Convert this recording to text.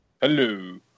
Hello